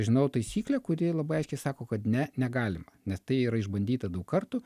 žinau taisyklę kuri labai aiškiai sako kad ne negalima nes tai yra išbandyta daug kartų